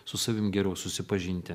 su savim geriau susipažinti